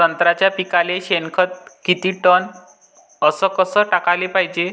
संत्र्याच्या पिकाले शेनखत किती टन अस कस टाकाले पायजे?